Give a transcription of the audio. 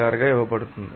96 ఇవ్వబడుతుంది